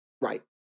Right